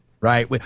right